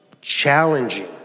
challenging